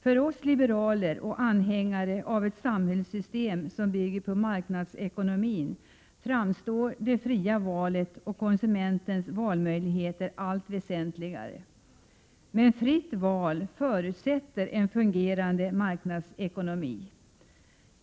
För oss liberaler och anhängare av ett samhällssystem som bygger på marknadsekonomi framstår det fria valet och konsumenternas valmöjligheter som allt väsentligare. Ett fritt val förutsätter emellertid en fungerande marknadsekonomi.